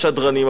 אבל אני רוצה,